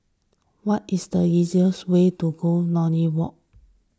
what is the easiest way to go Lornie Walk